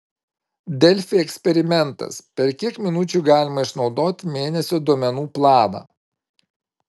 delfi eksperimentas per kiek minučių galima išnaudoti mėnesio duomenų planą